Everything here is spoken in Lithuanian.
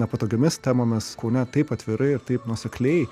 nepatogiomis temomis kaune taip atvirai ir taip nuosekliai